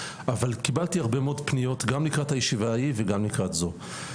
אבל קיבלתי הרבה מאוד פניות גם לקראת הישיבה ההיא וגם לקראת זו.